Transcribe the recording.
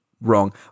wrong